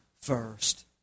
first